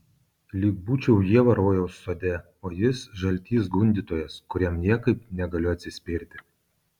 lyg būčiau ieva rojaus sode o jis žaltys gundytojas kuriam niekaip negaliu atsispirti